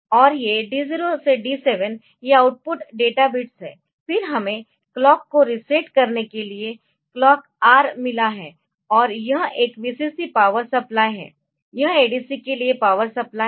और ये D0 से D7 ये आउटपुट डेटाबिट्स है फिर हमें क्लॉक को रीसेट करने के लिए क्लॉक R मिला है और यह एक Vcc पावर सप्लाई है यह ADC के लिए पावर सप्लाई है